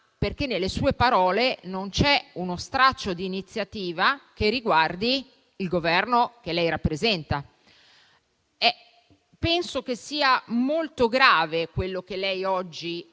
è che nelle sue parole non c'è uno straccio d'iniziativa che riguardi il Governo che rappresenta. Penso sia molto grave quello che ha